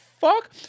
fuck